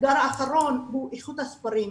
האתגר האחרון הוא איכות הספרים.